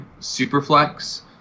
Superflex